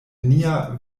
nia